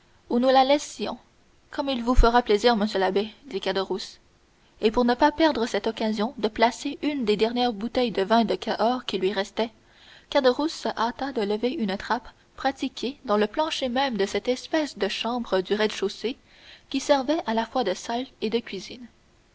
où nous la laissons comme il vous fera plaisir monsieur l'abbé dit caderousse et pour ne pas perdre cette occasion de placer une des dernières bouteilles de vin de cahors qui lui restaient caderousse se hâta de lever une trappe pratiquée dans le plancher même de cette espèce de chambre du rez-de-chaussée qui servait à la fois de salle et de cuisine